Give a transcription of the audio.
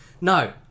No